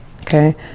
Okay